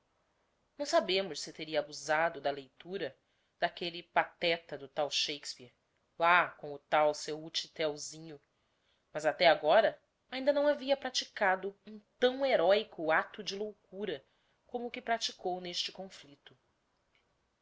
não sabemos se teria abusado da leitura daquelle pateta do tal shakspeare lá com o tal seu utchitelzinho mas até agora ainda não havia praticado um tão heroico acto de loucura como o que praticou n'este conflicto